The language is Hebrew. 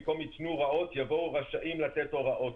במקום "ייתנו הוראות" יבוא "רשאים לתת הוראות"."